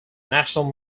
national